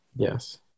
Yes